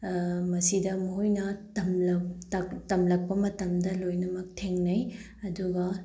ꯃꯁꯤꯗ ꯃꯈꯣꯏꯅ ꯇꯝꯂꯛꯄ ꯃꯇꯝꯗ ꯂꯣꯏꯅꯃꯛ ꯊꯦꯡꯅꯩ ꯑꯗꯨꯒ